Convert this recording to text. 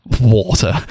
water